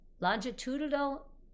Longitudinal